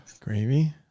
Gravy